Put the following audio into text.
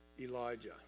Elijah